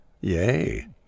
Yay